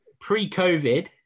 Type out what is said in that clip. Pre-COVID